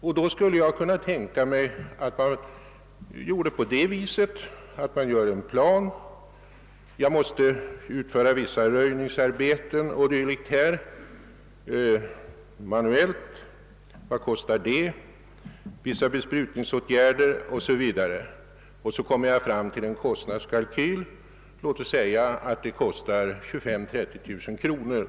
Man undersöker vad det kostar att manuellt utföra vissa röjningsarbeten, vidta vissa besprutningsåtgärder o.d. och kommer kanske fram till att det kostar 25 000—30 000 kronor.